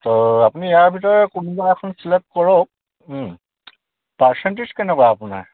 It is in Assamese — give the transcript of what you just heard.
ত' আপুনি ইয়াৰ ভিতৰে কোনোবা এখন চিলেক্ট কৰক পাৰ্চেণ্টেজ কেনেকুৱা আপোনাৰ